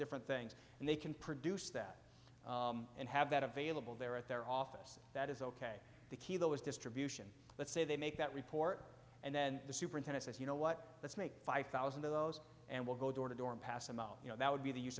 different things and they can produce that and have that available there at their office that is ok the key though is distribution let's say they make that report and then the superintendent says you know what let's make five thousand dollars of those and we'll go door to door and pass them out you know that would be the use